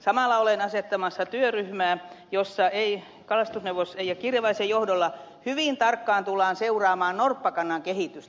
samalla olen asettamassa työryhmää jossa kalastusneuvos eija kirjavaisen johdolla hyvin tarkkaan tullaan seuraamaan norppakannan kehitystä